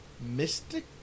mystic